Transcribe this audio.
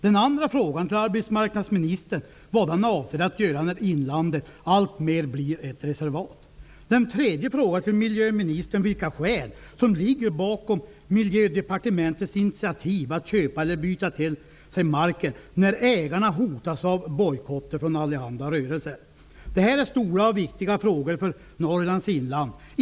Den andra frågan hade jag ställt till arbetsmarknadsministern om vad han avser att göra när inlandet alltmer blir ett reservat. Den tredje frågan hade jag ställt till miljöministern om vilka skäl som ligger bakom Miljödepartementets initiativ att köpa eller byta till sig marken när markägarna hotas av bojkott av allehanda rörelser. Det här är stora och viktiga frågor för Norrlands inland.